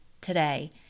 today